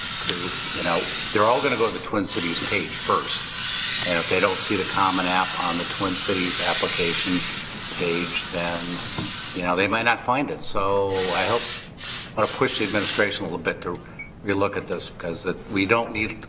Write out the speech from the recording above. you know they're all going to go to the twin cities page first. and if they don't see the common app on the twin cities application page, then you know they might not find it. so, i hope but to push the administration a little bit to relook at this, cause we don't need.